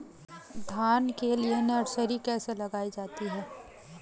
धान के लिए नर्सरी कैसे लगाई जाती है?